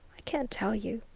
i can't tell you,